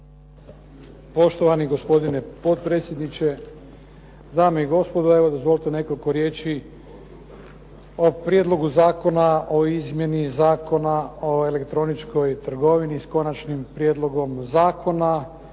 Poštovani gospodine potpredsjedniče, dame i gospodo. Evo dozvolite nekoliko riječi o Prijedlogu zakona o izmjeni Zakona o elektroničkoj trgovini, s konačnim prijedlogom zakona,